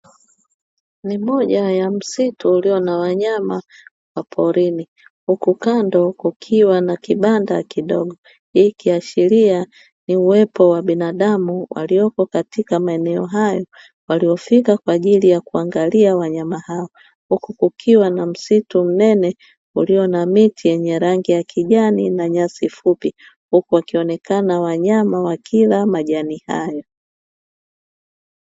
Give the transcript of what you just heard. Ni moja ya msitu ulio na wanyama wa porini huku kando kukiwa na kibanda kidogo, hii ikiashiria ni uwepo wa bindamu waliopo katika meneo hayo waliofika kwa ajili ya kuangalia wanyama hao, huku kukiwa na msitu mnene ulio na miti yenye rangi ya kijani na nyasi fupo huku wakionekana wanyama wakila majani hayo.